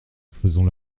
faisons